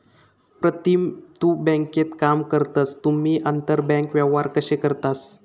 प्रीतम तु बँकेत काम करतस तुम्ही आंतरबँक व्यवहार कशे करतास?